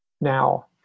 now